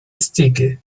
sticky